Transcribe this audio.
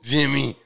Jimmy